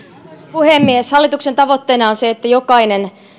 puhemies hallituksen tavoitteena on se että jokainen